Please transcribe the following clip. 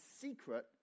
secret